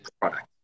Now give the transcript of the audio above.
product